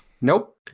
nope